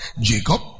Jacob